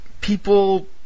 People